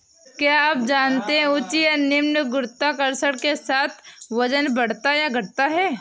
क्या आप जानते है उच्च या निम्न गुरुत्वाकर्षण के साथ वजन बढ़ता या घटता है?